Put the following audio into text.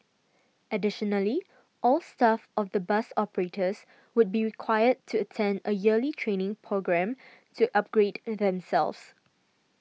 additionally all staff of the bus operators would be required to attend a yearly training programme to upgrade themselves